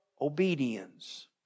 obedience